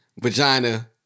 vagina